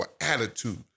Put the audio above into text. attitude